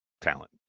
talent